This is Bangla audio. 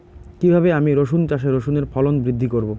কীভাবে আমি রসুন চাষে রসুনের ফলন বৃদ্ধি করব?